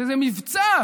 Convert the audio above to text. זה מבצע,